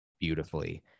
beautifully